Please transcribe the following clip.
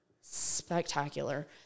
spectacular